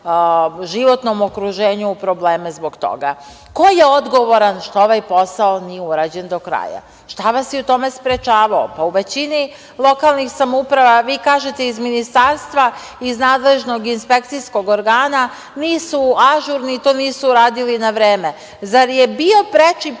životnom okruženju probleme zbog toga. Ko je odgovoran što ovaj posao nije urađen do kraja? Šta vas je u tome sprečavao? Vi kažete iz Ministarstva, iz Nadležnog inspekcijskog organa nisu ažurni, to nisu uradili na vreme. Zar je bio preči